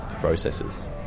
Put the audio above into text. processes